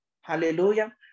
Hallelujah